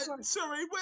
Sorry